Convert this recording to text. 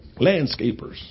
Landscapers